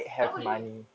tak boleh